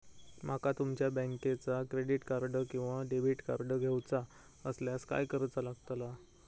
माका तुमच्या बँकेचा क्रेडिट कार्ड किंवा डेबिट कार्ड घेऊचा असल्यास काय करूचा लागताला?